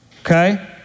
okay